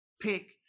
pick